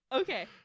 Okay